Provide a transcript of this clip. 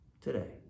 today